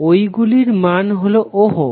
ঐগুলির মাত্রা হলো ওহম